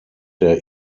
der